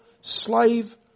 slave